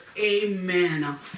Amen